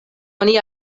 oni